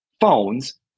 phones